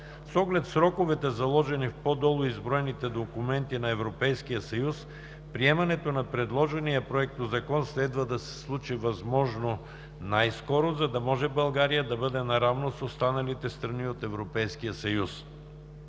С оглед сроковете, заложени в по-долу изброените документи на Европейския съюз, приемането на предложения законопроект следва да се случи възможно най-скоро, за да може България да бъде наравно с останалите страни от Европейския съюз.